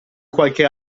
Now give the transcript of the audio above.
qualche